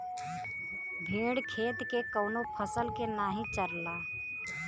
भेड़ खेत के कवनो फसल के नाही चरला